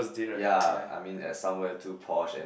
ya I mean at somewhere too posh and